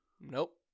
Nope